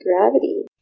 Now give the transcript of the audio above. Gravity